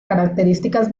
características